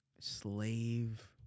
slave